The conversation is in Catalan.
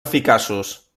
eficaços